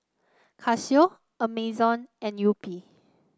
Casio Amazon and Yupi